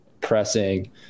pressing